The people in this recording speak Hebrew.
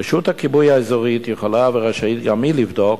רשות הכיבוי האזורית יכולה ורשאית גם היא לבדוק,